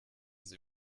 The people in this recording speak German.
sie